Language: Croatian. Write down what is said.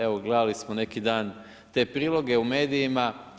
Evo, gledali smo neki dan te priloge u medijima.